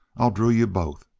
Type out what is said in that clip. i drill you both.